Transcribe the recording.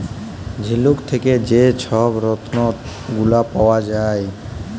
ঝিলুক থ্যাকে যে ছব রত্ল গুলা পাউয়া যায়